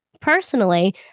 personally